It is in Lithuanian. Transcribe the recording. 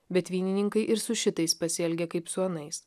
bet vynininkai ir su šitais pasielgė kaip su anais